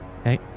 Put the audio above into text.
okay